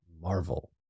marvel